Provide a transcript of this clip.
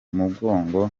mugongo